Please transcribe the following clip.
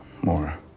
more